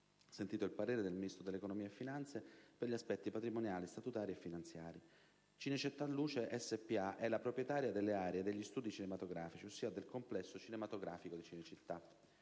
sentito il parere del Ministro dell'economia e delle finanze per gli aspetti patrimoniali, statutari e finanziari. Cinecittà Luce SpA è la proprietaria delle aree e degli studi cinematografici, ossia del complesso cinematografico di Cinecittà.